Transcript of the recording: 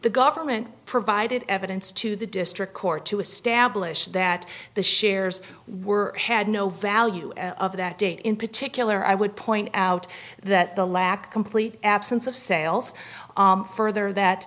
the government provided evidence to the district court to establish that the shares were had no value of that date in particular i would point out that the lack of complete absence of sales further